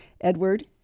Edward